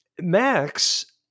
Max